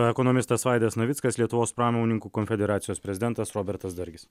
ekonomistas vaidas navickas lietuvos pramonininkų konfederacijos prezidentas robertas dargis